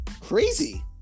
crazy